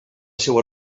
seua